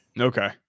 Okay